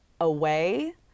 away